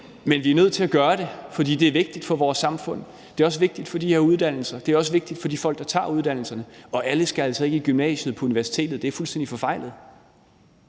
Men vi er nødt til at gøre det, for det er vigtigt for vores samfund. Det er vigtigt for de her uddannelser, og det er også vigtigt for de folk, der tager uddannelserne. Og alle skal altså ikke i gymnasiet og på universitetet. Det er fuldstændig forfejlet.